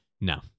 No